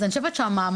ללילה,